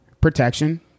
Protection